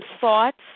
thoughts